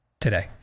today